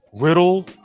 Riddle